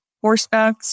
horseback